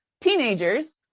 teenagers